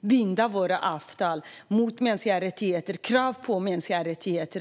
binda våra avtal med den här tortyrregimen till krav på mänskliga rättigheter.